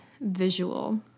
visual